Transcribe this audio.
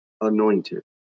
anointed